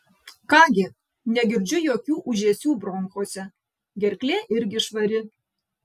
ką gi negirdžiu jokių ūžesių bronchuose gerklė irgi švari